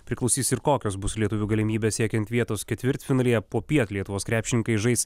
priklausys ir kokios bus lietuvių galimybės siekiant vietos ketvirtfinalyje popiet lietuvos krepšininkai žais